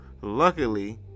luckily